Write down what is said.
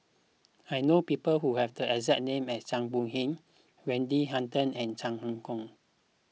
I know people who have the exact name as Zhang Bohe Wendy Hutton and Chan Ah Kow